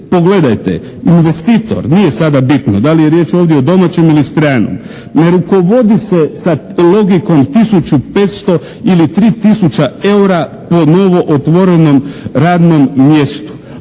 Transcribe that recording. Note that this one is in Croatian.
pogledajte, investitor nije sada bitno da li je riječ ovdje o domaćem ili stranom, ne rukovodi se sad logikom tisuću 500 ili 3 tisuća eura po novootvorenom radnom mjestu.